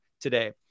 today